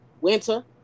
winter